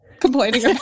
Complaining